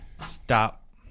Stop